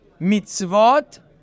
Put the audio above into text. Mitzvot